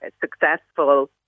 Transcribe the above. successful